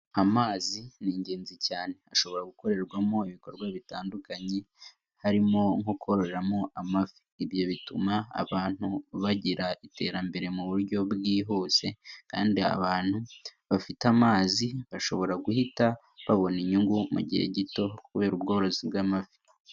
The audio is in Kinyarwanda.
Amazi ni ingenzi cyane, ashobora gukorerwamo ibikorwa bitandukanye, harimo nko kororeramo amafi. Ibyo bituma abantu bagira iterambere mu buryo bwihuse kandi abantu bafite amazi bashobora guhita babona inyungu mu gihe gito kubera ubworozi bw'amafi.